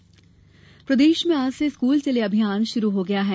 school चले प्रदेश में आज से स्कूल चले अभियान आरंभ हो गया है